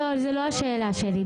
זו לא השאלה שלי.